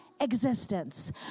existence